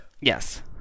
Yes